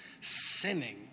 sinning